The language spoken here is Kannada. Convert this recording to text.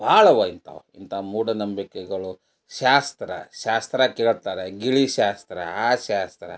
ಭಾಳ ಅವೆ ಇಂಥವು ಇಂಥ ಮೂಢನಂಬಿಕೆಗಳು ಶಾಸ್ತ್ರ ಶಾಸ್ತ್ರ ಕೇಳ್ತಾರೆ ಗಿಳಿ ಶಾಸ್ತ್ರ ಆ ಶಾಸ್ತ್ರ